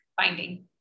finding